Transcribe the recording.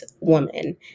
woman